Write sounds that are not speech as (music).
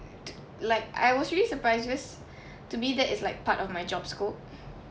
(noise) like I was really surprised because to be that is like part of my job scope